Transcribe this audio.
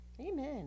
Amen